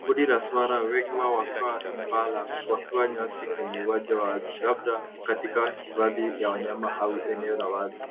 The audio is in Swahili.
Kundi la swara wengi wao wakiwa Impala wakila nyasi kwenye uwanja wazi. Labda katika hifadhi ya wanyama au eneo la wazi.